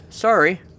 Sorry